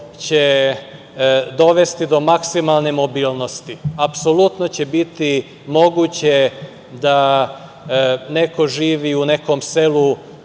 će dovesti do maksimalne mobilnosti. Apsolutno će biti moguće da neko živi u nekom selu